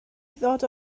ddod